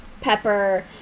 Pepper